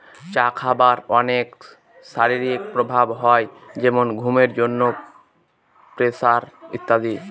চা খাবার অনেক শারীরিক প্রভাব হয় যেমন ঘুমের জন্য, প্রেসার ইত্যাদি